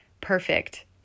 perfect